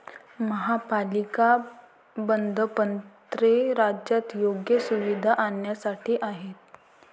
महापालिका बंधपत्रे राज्यात योग्य सुविधा आणण्यासाठी आहेत